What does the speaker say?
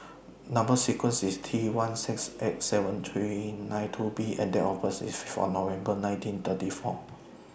Number sequence IS T one six eight seven three nine two B and Date of birth IS five November nineteen thirty four